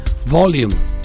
volume